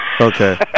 Okay